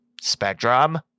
Spectrum